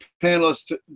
panelists